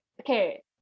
okay